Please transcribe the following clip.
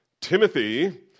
Timothy